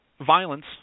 Violence